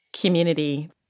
community